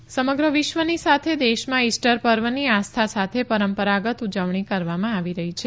Easter સમગ્ર વિશ્વની સાથે દેશમાં ઇસ્ટર પર્વની આસ્થા સાથે પરંપરાગત ઉજવણી કરવામાં આવી રહી છે